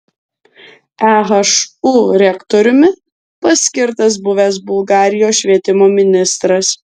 ehu rektoriumi paskirtas buvęs bulgarijos švietimo ministras